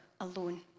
alone